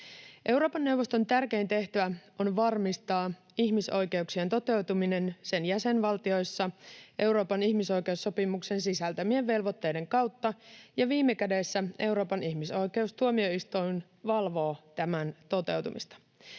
Euroopan neuvoston tärkein tehtävä on varmistaa ihmisoikeuksien toteutuminen sen jäsenvaltioissa Euroopan ihmisoikeussopimuksen sisältämien velvoitteiden kautta, ja viime kädessä Euroopan ihmisoikeustuomioistuin valvoo tämän toteutumista.